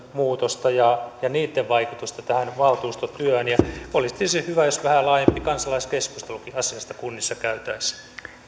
muutosta ja niitten vaikutusta tähän valtuustotyöhön olisi tietysti hyvä jos vähän laajempi kansalaiskeskustelukin asiasta kunnissa käytäisiin